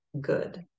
good